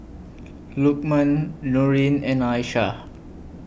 Lukman Nurin and Aishah